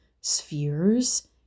spheres